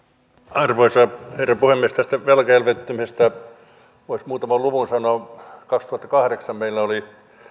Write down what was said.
arvoisa herra puhemies tästä velkaelvyttämisestä voisi muutaman luvun sanoa kaksituhattakahdeksan meillä oli